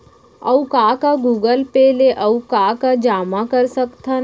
अऊ का का गूगल पे ले अऊ का का जामा कर सकथन?